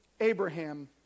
abraham